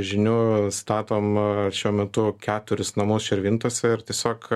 žinių statom šiuo metu keturis namus širvintuose ir tiesiog